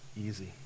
easy